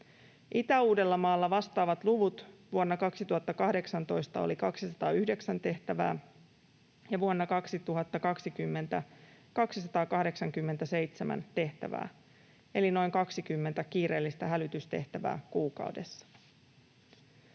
Itä-Uudellamaalla vastaava luku vuonna 2018 oli 209 tehtävää ja vuonna 2020 luku oli 287 tehtävää eli noin 20 kiireellistä hälytystehtävää kuukaudessa.